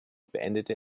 beendete